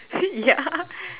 yeah